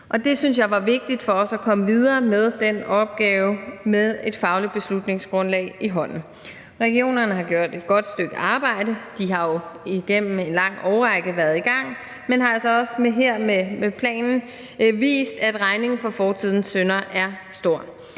jeg var vigtigt for også at komme videre med den opgave med et fagligt beslutningsgrundlag i hånden. Regionerne har gjort et godt stykke arbejde, de har jo været i gang igennem en lang årrække, men har altså også her med planen vist, at regningen for fortidens synder er stor.